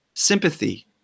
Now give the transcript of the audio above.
Sympathy